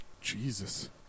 Jesus